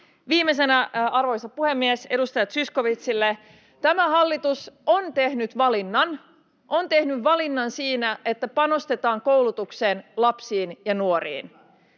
Viimeisenä, arvoisa puhemies, edustaja Zyskowiczille: Tämä hallitus on tehnyt valinnan — on tehnyt valinnan — siinä, että panostetaan koulutukseen, lapsiin ja nuoriin.